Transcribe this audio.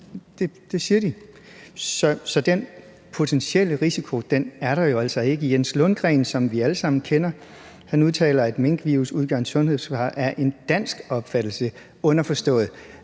Det siger de. Så den potentielle risiko er der jo altså ikke. Jens Lundgren, som vi alle sammen kender, udtaler, at det er en dansk opfattelse, at